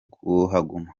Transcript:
kuhaguma